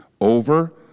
over